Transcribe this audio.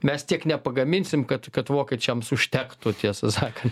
mes tiek nepagaminsim kad kad vokiečiams užtektų tiesą sakan